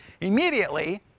immediately